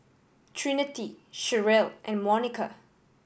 Trinity Cherelle and Monica